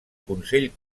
consell